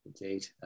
Indeed